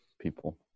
people